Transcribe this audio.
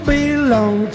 belong